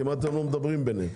הם כמעט ולא מדברים בניהם.